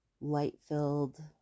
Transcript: light-filled